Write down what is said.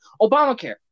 Obamacare